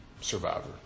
survivor